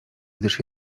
gdyż